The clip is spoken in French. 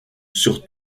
sur